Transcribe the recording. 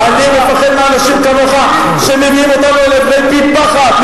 אני מפחד מאנשים כמוך שמביאים אותנו אל עברי פי-פחת,